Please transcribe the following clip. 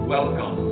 Welcome